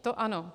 To ano.